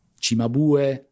Cimabue